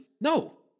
No